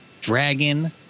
Dragon